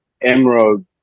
emerald